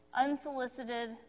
unsolicited